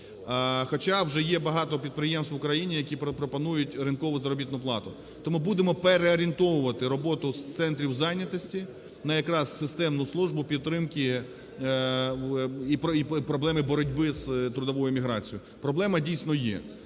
Хоча вже є багато підприємств в Україні, які пропонують ринкову заробітну плату. Тому будемо переорієнтовувати роботу з центрів зайнятості на якраз системну службу підтримки і проблеми боротьби з трудовою міграцією. Проблема дійсно є.